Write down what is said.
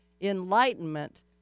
enlightenment